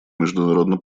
международно